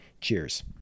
cheers